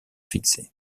fixé